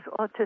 autistic